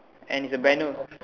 and it's a banner